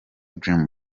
dream